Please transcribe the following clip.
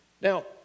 Now